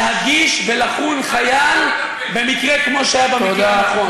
להגיש ולחון חייל במקרה כמו המקרה הנדון.